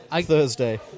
Thursday